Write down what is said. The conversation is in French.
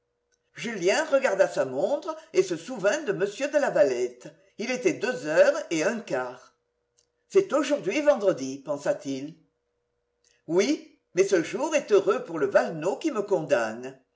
julien regarda sa montre et se souvint de m de lavalette il était deux heures et un quart c'est aujourd'hui vendredi pensa-t-il oui mais ce jour est heureux pour le valenod qui me condamne